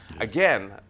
Again